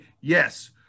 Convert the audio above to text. yes